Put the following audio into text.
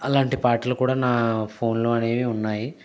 అలాంటి పాటలు కూడా నా ఫోన్ లో అనేవి ఉన్నాయి